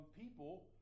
people